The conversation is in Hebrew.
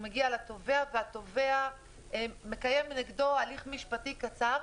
הוא מגיע לתובע והתובע מקיים נגדו הליך משפטי קצר.